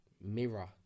mirror